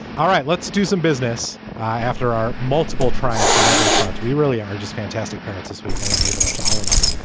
all right. let's do some business. after our multiple triumphs on every front, we really are just fantastic parents this week. i want to give it up to all of us.